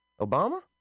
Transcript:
Obama